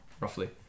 roughly